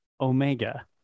Omega